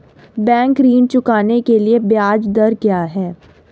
Bank ऋण चुकाने के लिए ब्याज दर क्या है?